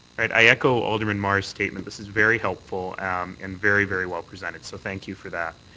i echo alderman mar's statement. this is very helpful and very, very well-presented. so thank you for that.